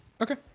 Okay